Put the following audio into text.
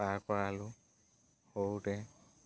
পাৰ পৰাালো সৰুতে